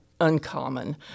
uncommon